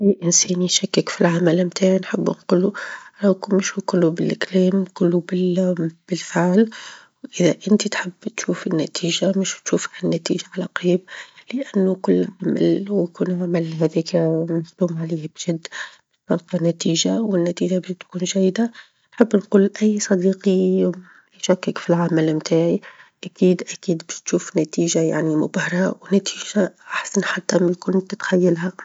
أي إنسان يشكك فالعمل متاعي نحب نقول له، ولكن مش نقول له بالكلام، نقول له بالفعل إذا انت تحب تشوف النتيجة مش تشوف ها النتيجة على قريب؛ لإنه كل عمل، ويكون عمل هذيك مخدوم عليه بجد باش تلقى نتيجة، والنتيجة باش تكون جيدة، نحب نقول أي صديق يشكك في العمل متاعي أكيد أكيد باش تشوف نتيجة يعني مبهرة، ونتيجة أحسن حتى من اللي كنت تتخيلها.